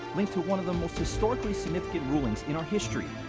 linked to one of the most historically significant rulings, in our history.